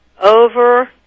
over